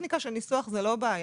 טכניקה של ניסוח לא בעיה.